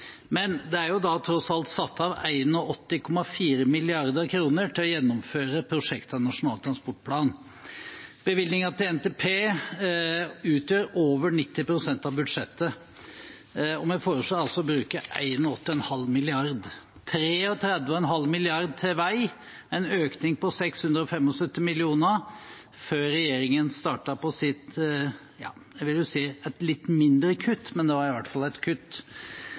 men det er tross alt satt av 81,4 mrd. kr til å gjennomføre prosjekter fra Nasjonal transportplan. Bevilgningen til NTP utgjør over 90 pst. av budsjettet, og vi foreslår altså å bruke 81,4 mrd. kr. 33,5 mrd. kr går til vei, en økning på 675 mill. kr før regjeringen startet på sitt – jeg vil si – litt mindre kutt, men det var nå i hvert fall et kutt.